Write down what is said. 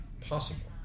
possible